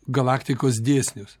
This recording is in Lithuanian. galaktikos dėsnius